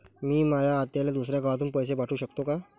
मी माया आत्याले दुसऱ्या गावातून पैसे पाठू शकतो का?